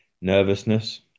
nervousness